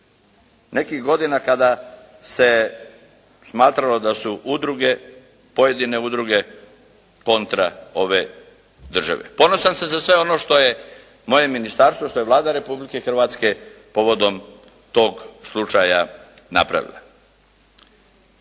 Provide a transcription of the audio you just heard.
nekih godina kada se smatralo da su udruge, pojedine udruge kontra ove države. Ponosan sam za sve ono što je moje ministarstvo, što je Vlada Republike Hrvatske povodom tog slučaja napravila.